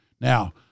Now